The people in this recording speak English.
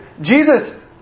Jesus